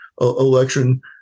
election